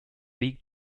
league